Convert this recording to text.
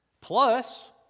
Plus